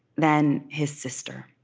then his sister.